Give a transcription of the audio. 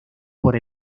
por